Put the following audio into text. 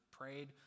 prayed